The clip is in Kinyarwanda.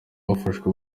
bafashwe